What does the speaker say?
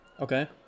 Okay